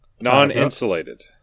Non-insulated